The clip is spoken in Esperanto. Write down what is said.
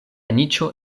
niĉo